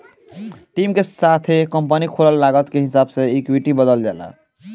team के साथे company खोलला पर लागत के हिसाब से इक्विटी बॉटल जाला